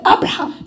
Abraham